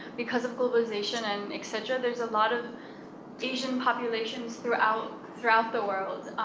because of globalization, and et cetera, there's a lot of asian populations throughout throughout the world,